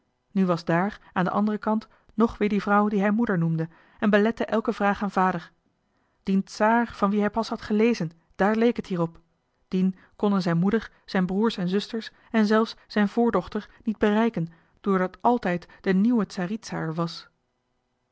nu was daar aan den anderen kant ng weer die vrouw die hij moeder noemde en belette elke vraag aan vader dien tsaar van wien hij pas had gelezen daar leek het hier op dien konden zijn moeder zijn broers en zusters en zelfs zijn voordochter niet bereiken doordat àltijd de nieuwe tsaritsa er was